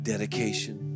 Dedication